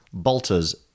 Balter's